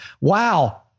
wow